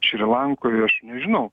šri lankoj aš nežinau